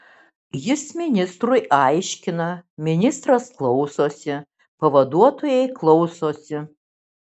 jis ministrui aiškina ministras klausosi pavaduotojai klausosi